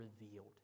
revealed